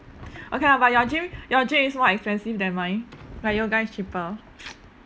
okay lah but your gym your gym is more expensive than mine my yoga is cheaper